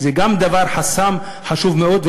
זה גם חסם חשוב מאוד.